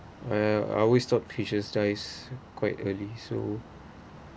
uh I always thought fishes dies quite early so